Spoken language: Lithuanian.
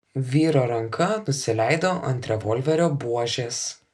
vyro ranka nusileido ant revolverio buožės